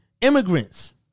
immigrants